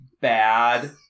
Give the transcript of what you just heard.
bad